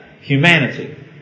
humanity